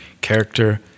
character